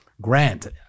Grant